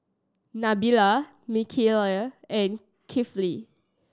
Nabil Mikhail and Kefli